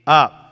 up